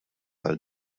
għal